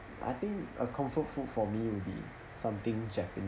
I think a comfort food for me will be something japanese